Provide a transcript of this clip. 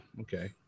okay